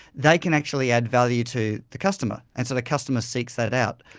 they can actually add value to the customer. and so the customer seeks that out.